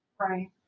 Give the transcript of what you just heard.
Right